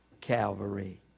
Calvary